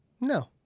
No